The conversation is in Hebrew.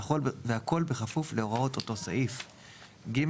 והכול בכפוף להוראות אותו סעיף; (ג)